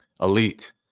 Elite